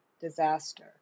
disaster